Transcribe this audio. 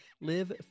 live